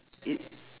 it